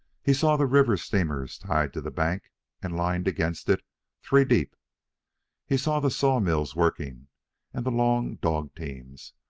he saw the river steamers tied to the bank and lined against it three deep he saw the sawmills working and the long dog-teams,